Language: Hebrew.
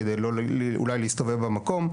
כדי אולי להסתובב במקום,